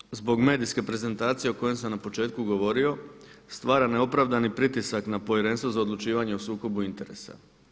Ponekad se zbog medijske prezentacije o kojem sam na početku govorio stvara neopravdani pritisak na Povjerenstvo za odlučivanje o sukobu interesa.